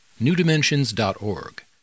newdimensions.org